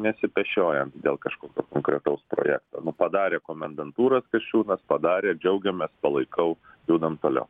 nesipešiojant dėl kažkokio konkretaus projekto nu padarė komendantūras kasčiūnas padarė džiaugiamės palaikau judam toliau